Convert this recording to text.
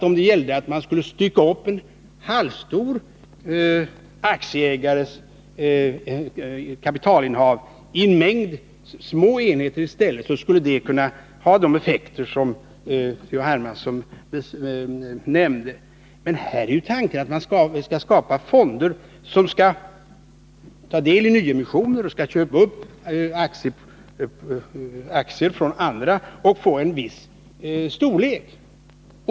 Om det gällde att man skulle stycka upp kapitalinnehavet hos en halvstor aktieägare i en mängd små enheter, skulle det naturligtvis kunna få de effekter som C.-H. Hermansson nämnde. Men här är tanken att man skall skapa fonder som 59 skall ta deli nyemissioner och köpa upp aktier från andra och på så sätt få en vissstorlek.